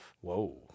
Whoa